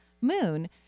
moon